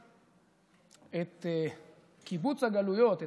את קיבוץ הגלויות,